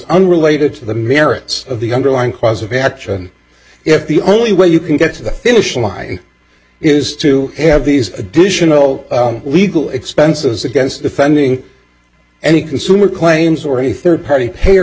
unrelated to the merits of the underlying cause of action if the only way you can get to the finish line is to have these additional legal expenses against offending any consumer claims or a third party